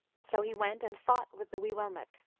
so he went and fought with the wee willmekq.